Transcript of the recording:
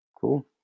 Cool